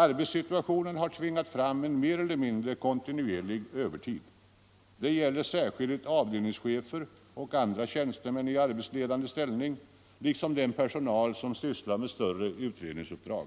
Arbetssituationen har tvingat fram en mer eller mindre kontinuerlig övertid. Det gäller särskilt avdelningschefer och andra tjänstemän i arbetsledande ställning liksom den personal som sysslar med större utredningsuppdrag.